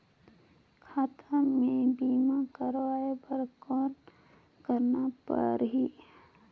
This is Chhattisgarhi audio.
खाता से बीमा करवाय बर कौन करना परही?